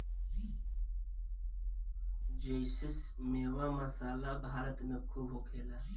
जेइसे मेवा, मसाला भारत मे खूबे होखेला